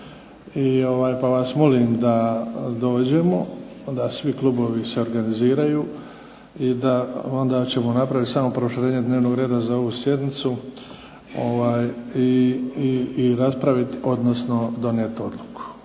pa vas molim da dođemo, da svi klubovi se organiziraju i da onda ćemo napraviti samo proširenje dnevnog reda za ovu sjednicu i raspraviti, odnosno donijeti odluku.